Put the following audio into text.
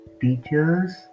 teachers